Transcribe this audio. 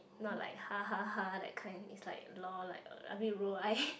not like ha ha ha that kind it's like lol like uh I mean roll eye